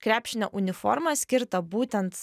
krepšinio uniformą skirtą būtent